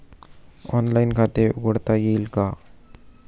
Online खाते उघडता येईल का?